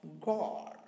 God